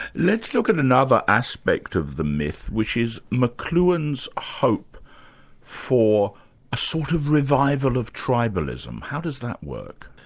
let's look at another aspect of the myth, which is mcluhan's hope for a sort of revival of tribalism. how does that work?